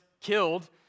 killed